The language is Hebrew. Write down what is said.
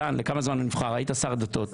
מתן, היית שר הדתות, לכמה זמן הוא נבחר?